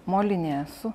molinė esu